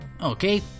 Okay